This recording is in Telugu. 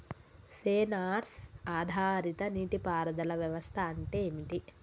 సెన్సార్ ఆధారిత నీటి పారుదల వ్యవస్థ అంటే ఏమిటి?